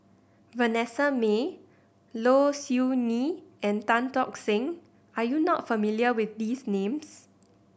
Vanessa Mae Low Siew Nghee and Tan Tock Seng are you not familiar with these names